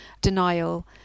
denial